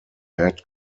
head